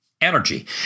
Energy